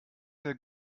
der